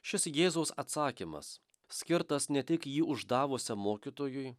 šis jėzaus atsakymas skirtas ne tik jį uždavusiam mokytojui